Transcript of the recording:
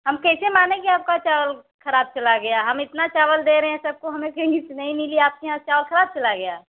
हम कैसे मानें कि आपका चावल ख़राब चला गया हम इतना चावल दे रहे हैं सब को हमें कहीं से नहीं मिली आपके यहाँ चावल ख़राब चला गया है